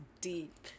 deep